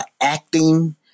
acting